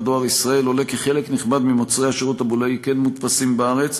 "דואר ישראל" עולה כי חלק נכבד ממוצרי השירות הבולאי כן מודפסים בארץ.